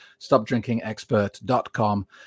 StopDrinkingExpert.com